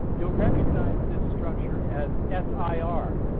you'll recognize this structure as s i r,